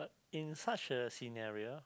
in such a scenario